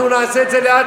אנחנו נעשה את זה לאט-לאט.